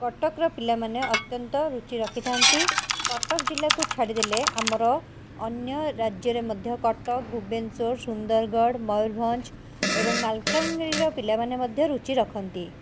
କଟକର ପିଲାମାନେ ଅତ୍ୟନ୍ତ ରୁଚି ରଖିଥାଆନ୍ତି କଟକ ଜିଲ୍ଲାକୁ ଛାଡ଼ିଦେଲେ ଆମର ଅନ୍ୟ ରାଜ୍ୟରେ ମଧ୍ୟ କଟକ ଭୁବନେଶ୍ବର ସୁନ୍ଦରଗଡ଼ ମୟୂରଭଞ୍ଜ ଏବଂ ମାଲକାନାଗିରିର ପିଲାମାନେ ମଧ୍ୟ ରୁଚିରଖନ୍ତି